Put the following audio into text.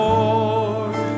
Lord